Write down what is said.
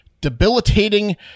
debilitating